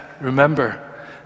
remember